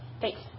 Thanks